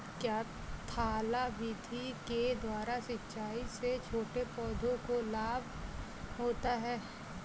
क्या थाला विधि के द्वारा सिंचाई से छोटे पौधों को लाभ होता है?